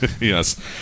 Yes